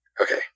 okay